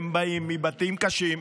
הם באים מבתים קשים,